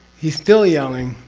he's still yelling.